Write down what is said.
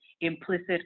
implicit